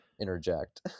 interject